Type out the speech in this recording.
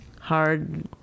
Hard